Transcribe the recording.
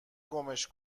گمش